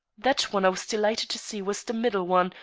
that one i was delighted to see was the middle one,